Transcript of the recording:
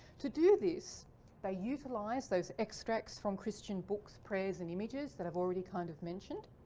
to do this they utilize those extracts from christian books, prayers and images that have already kind of mentioned.